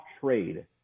trade